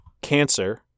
cancer